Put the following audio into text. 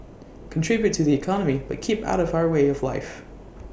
contribute to the economy but keep out of our way of life